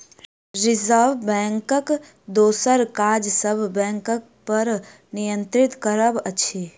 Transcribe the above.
reserve बैंकक दोसर काज सब बैंकपर नियंत्रण करब अछि